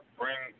bring